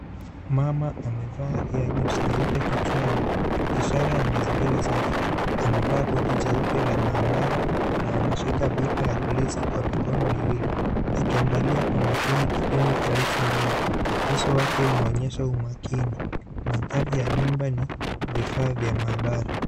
Mama amevaa hair net nyeupe kichwani ishara ya mazingira safi. Amevaa koti jeupe la maabara na anashika beaker ya glesi kwa mikono miwili akiangalia kwa makini kipimo kicho ndani. Uso wake unaonyesha umakini mandhari ya nyumba ni vifaa vya maabara.